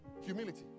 Humility